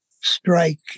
strike